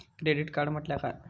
Credit card म्हटल्या काय?